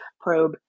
probe